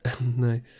no